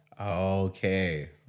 okay